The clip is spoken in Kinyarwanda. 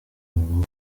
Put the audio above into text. rwo